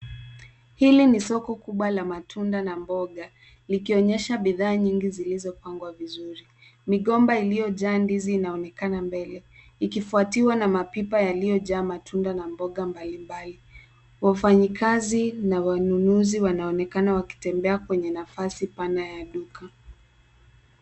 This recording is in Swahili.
Hili ni soko kubwa la matunda na mboga, likionyesha bidhaa nyingi zilizopangwa vizuri. Migomba iliyojaa ndizi inaonekana mbele, ikifautiwa na mapipa yaliyojaa matunda na mboga mbalimbali. Wafanyikazi na wanunuzi wanaonekana wakitembea kwenye nafasi pana ya duka.